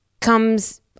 comes